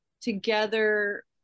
together